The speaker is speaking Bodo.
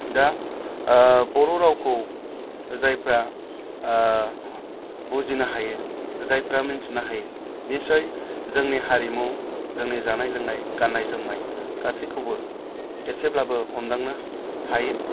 दा बर' रावखौ जायफ्रा बुजिनो हायो जायफ्रा मोनथिनो हायो निसय जोंनि हारिमु जोंनि जानाय लोंनाय गाननाय जोमनाय गासैखौबो एसेब्लाबो हमदांनो हायो